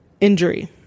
injury